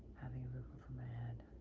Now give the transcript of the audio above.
having a roof over my head.